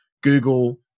Google